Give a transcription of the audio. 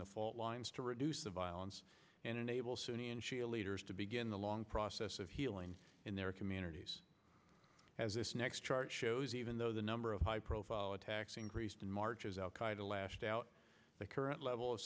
the fault lines to reduce the violence and enable sunni and shia leaders to begin the long process of healing in their communities as this next chart shows even though the number of high profile attacks increased in march is al qaeda lashed out the current level of